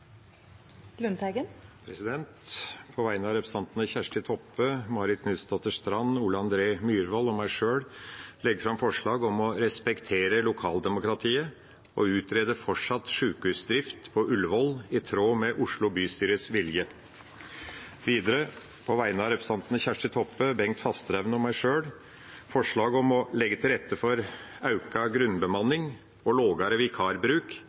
På vegne av representantene Kjersti Toppe, Marit Knutsdatter Strand, Ole André Myhrvold og meg sjøl vil jeg legge fram et forslag om å respektere lokaldemokratiet og utrede fortsatt sykehusdrift på Ullevål i tråd med Oslo bystyres vilje. Videre vil jeg på vegne av representantene Kjersti Toppe, Bengt Fasteraune og meg sjøl legge fram et forslag om «å leggje til rette for auka grunnbemanning og lågare vikarbruk